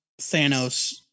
Thanos